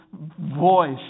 voice